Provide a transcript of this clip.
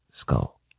skull